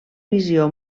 visió